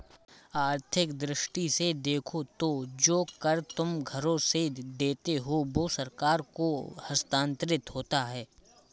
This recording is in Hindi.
आर्थिक दृष्टि से देखो तो जो कर तुम घरों से देते हो वो सरकार को हस्तांतरित होता है